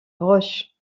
roche